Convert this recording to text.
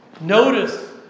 Notice